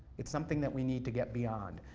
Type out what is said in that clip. it's something that we need to get beyond.